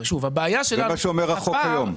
זה מה שאומר החוק היום.